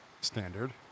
standard